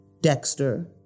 Dexter